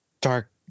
dark